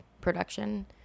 production